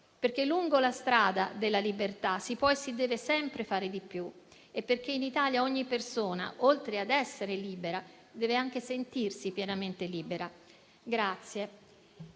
perché lungo la strada della libertà si può e si deve sempre fare di più; perché in Italia ogni persona, oltre ad essere libera, deve anche sentirsi pienamente libera. Il